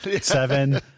seven